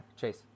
Chase